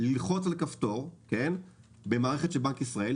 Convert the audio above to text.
ללחוץ על כפתור במערכת של בנק ישראל,